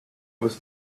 was